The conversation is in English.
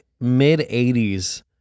mid-80s